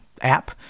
app